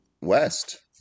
West